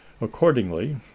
Accordingly